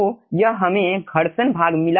तो यह हमें घर्षण भाग मिला है